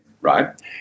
right